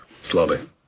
Slowly